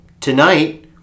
Tonight